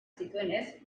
zituenez